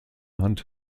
hand